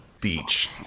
beach